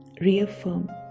reaffirm